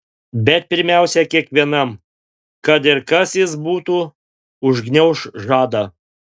bet pirmiausia kiekvienam kad ir kas jis būtų užgniauš žadą